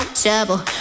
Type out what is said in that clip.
trouble